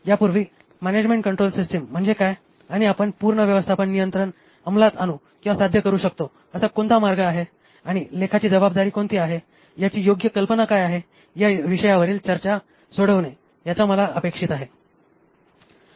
यापूर्वी management control system म्हणजे काय आणि आपण पूर्ण व्यवस्थापन नियंत्रण अंमलात आणू किंवा साध्य करू शकतो असा कोणता मार्ग आहे आणि लेखाची जबाबदारी कोणती आहे याची योग्य कल्पना काय आहे या विषयावरील चर्चा सोडविणे याचा मला अपेक्षित आहे